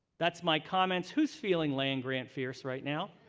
that's my comments. who is feeling land-grant fierce right now?